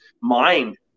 mind